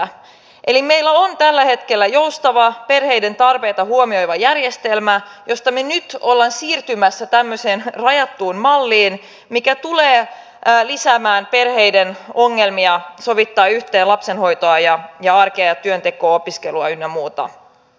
eli meillä on tällä hetkellä joustava perheiden tarpeita huomioiva järjestelmä josta me nyt olemme siirtymässä tämmöiseen rajattuun malliin mikä tulee lisäämään perheiden ongelmia sovittaa yhteen lapsenhoitoa ja arkea ja työntekoa ja opiskelua ynnä muuta